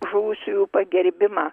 žuvusiųjų pagerbimą